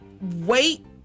wait